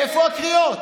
איפה הקריאות?